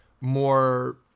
more –